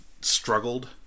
struggled